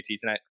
tonight